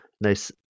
nice